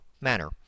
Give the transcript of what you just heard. manner